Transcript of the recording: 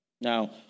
Now